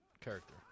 character